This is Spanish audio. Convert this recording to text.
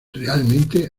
realmente